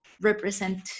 represent